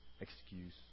excuse